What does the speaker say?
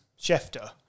Schefter